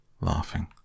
laughing